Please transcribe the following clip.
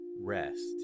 rest